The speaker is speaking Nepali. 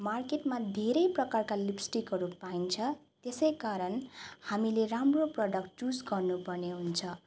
मार्केटमा धेरै प्रकारका लिप्सटिकहरू पाइन्छ त्यसै कारण हामीले राम्रो प्रडक्ट चुज गर्नु पर्ने हुन्छ